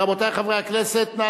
רבותי חברי הכנסת, אנחנו